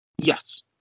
Yes